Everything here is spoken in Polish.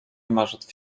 martw